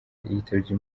yitabye